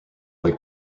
lake